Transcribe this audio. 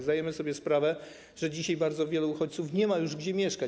Zdajemy sobie sprawę, że dzisiaj bardzo wielu uchodźców nie ma już gdzie mieszkać.